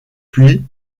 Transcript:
puis